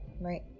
Right